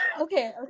okay